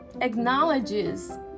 acknowledges